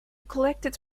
collected